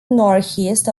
northeast